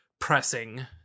Pressing